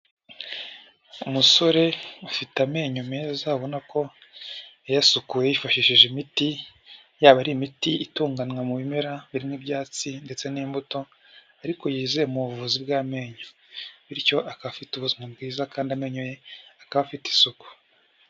Umusore afite amenyo meza, ubona ko yayasukuye yifashishije imiti, yaba ari imiti itunganywa mu bimera birimo ibyatsi ndetse n'imbuto, ariko yizeye mu buvuzi bw'amenyo. Bityo akaba afite ubuzima bwiza kandi amenyo ye akaba afite isuku.